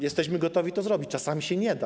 Jesteśmy gotowi to zrobić, czasami się nie da.